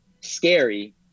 scary